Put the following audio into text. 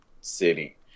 city